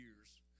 years